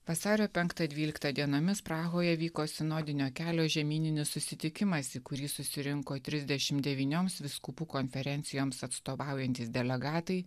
vasario penktą dvyliktą dienomis prahoje vyko sinodinio kelio žemyninis susitikimas į kurį susirinko trisdešim devynioms vyskupų konferencijoms atstovaujantys delegatai